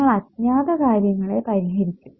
നമ്മൾ അജ്ഞാത കാര്യങ്ങളെ പരിഹരിക്കും